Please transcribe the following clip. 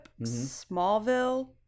Smallville